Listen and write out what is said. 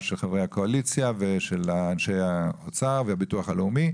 של חברי הקואליציה ושל אנשי האוצר והביטוח הלאומי,